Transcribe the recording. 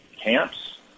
camps